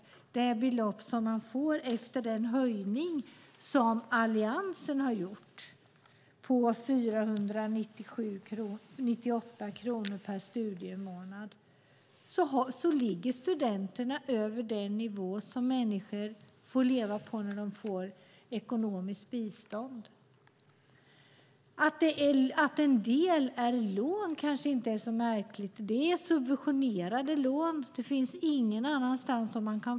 Med det belopp som man får efter den höjning med 498 kronor per studiemånad som Alliansen har gjort ligger studenterna över den nivå som människor får leva på när de får ekonomiskt bistånd. Att en del är lån kanske inte är så märkligt. Det är subventionerade lån.